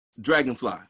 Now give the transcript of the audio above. Dragonfly